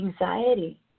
anxiety